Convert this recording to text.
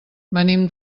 venim